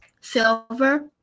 Silver